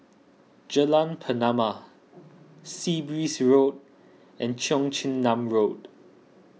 Jalan Pernama Sea Breeze Road and Cheong Chin Nam Road